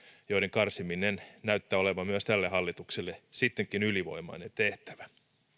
joiden karsiminen näyttää olevan myös tälle hallitukselle sittenkin ylivoimainen tehtävä